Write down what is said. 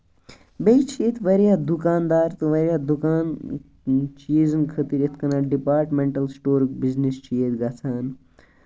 بیٚیہِ چھِ ییٚتہِ واریاہ دُکان دار تہِ واریاہ دُکان یِم چیٖزَن خٲطرٕ یِتھ کَنۍ ڈِپارٹمینٹل سِٹور بِزنٮ۪س چھُ ییٚتہِ گژھان